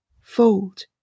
fold